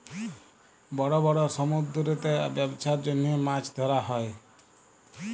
বড় বড় সমুদ্দুরেতে ব্যবছার জ্যনহে মাছ ধ্যরা হ্যয়